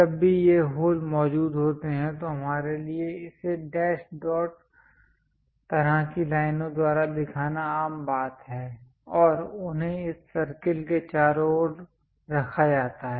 जब भी ये होल मौजूद होते हैं तो हमारे लिए इसे डैश डॉट तरह की लाइनों द्वारा दिखाना आम बात है और उन्हें इस सर्कल के चारों ओर रखा जाता है